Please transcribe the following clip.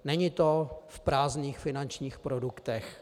Není to v prázdných finančních produktech.